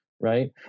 right